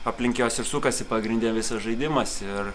aplink juos ir sukasi pagrinde visas žaidimas ir